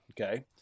Okay